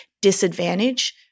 disadvantage